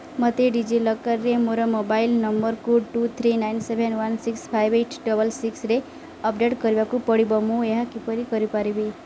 ମୋତେ ଡିଜିଲକର୍ରେ ମୋର ମୋବାଇଲ୍ ନମ୍ବରକୁ three nine seven one six five eighty double ସିକ୍ସ୍ରେ ଅପଡ଼େଟ୍ କରିବାକୁ ପଡ଼ିବ ମୁଁ ଏହା କିପରି କରିପାରିବି